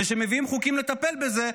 וכשמביאים חוקים לטפל בזה,